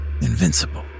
invincible